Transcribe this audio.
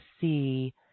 see